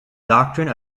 doctrine